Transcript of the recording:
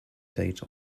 date